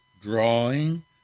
drawing